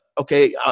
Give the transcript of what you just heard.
Okay